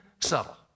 subtle